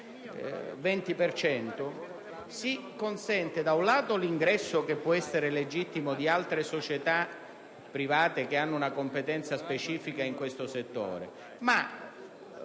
Ciò consentirebbe l'ingresso, che può essere legittimo, di altre società private che hanno una competenza specifica nel settore, ma